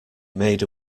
made